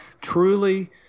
truly